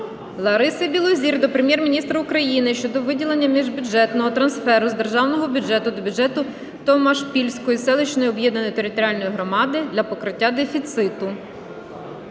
Лариси Білозір до Прем'єр-міністра України щодо виділення міжбюджетного трансферу з Державного бюджету до бюджету Томашпільської селищної об'єднаної територіальної громади для покриття дефіциту.